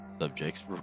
Subjects